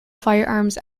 firearms